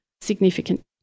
significant